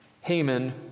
Haman